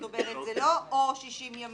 זאת אומרת, זה לא או 60 ימים.